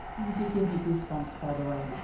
you did give me goose bumps, by the way,